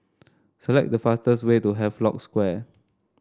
select the fastest way to Havelock Square